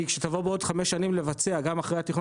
כי כשתבוא לבצע בעוד חמש שנים גם אחרי התכנון